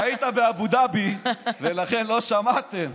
אתה היית באבו דאבי, ולכן לא שמעתם.